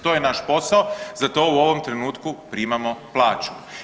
To je naš posao, za to u ovom trenutku primamo plaću.